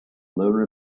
learner